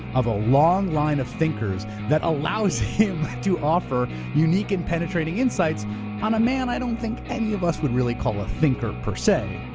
of a long lien of thinkers that allows him to offer unique and penetrating insights on a man i don't think any of us would really call a thinker, per se,